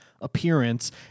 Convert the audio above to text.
appearance